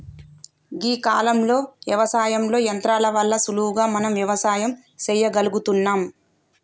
గీ కాలంలో యవసాయంలో యంత్రాల వల్ల సులువుగా మనం వ్యవసాయం సెయ్యగలుగుతున్నం